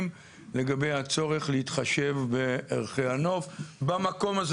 לגבי הצורך להתחשב בערכי הנוף במקום הזה?